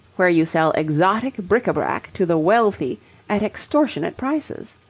where you sell exotic bric-a-brac to the wealthy at extortionate prices.